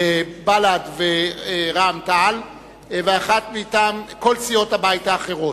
בל"ד ורע"ם-תע"ל ואחת מטעם כל סיעות הבית האחרות.